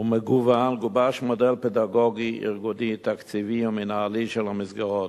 גובש מודל פדגוגי ארגוני תקציבי ומינהלי של המסגרות.